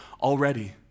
already